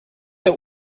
der